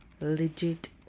legit